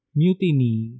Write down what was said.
mutiny